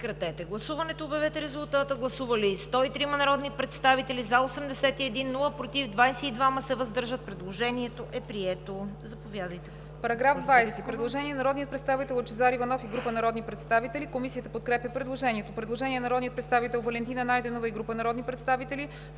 Предложението е прието.